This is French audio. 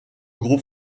gros